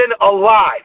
alive